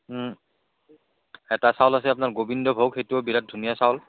এটা চাউল আছে আপোনাৰ গোবিন্দ ভোগ সেইটোও বিৰাট ধুনীয়া চাউল